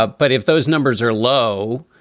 ah but if those numbers are low,